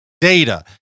data